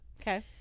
Okay